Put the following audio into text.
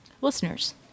listeners